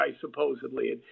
supposedly